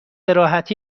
راحتی